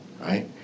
right